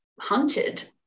hunted